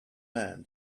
man